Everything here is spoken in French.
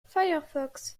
firefox